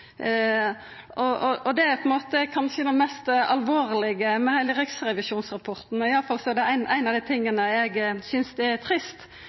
måte kanskje det mest alvorlege med heile riksrevisjonsrapporten – iallfall er det ein av dei tinga eg synest er trist